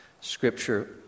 scripture